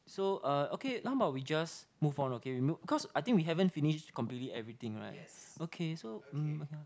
so uh okay how about we just move on okay we cause I think we haven't finished completely everything right okay so um ya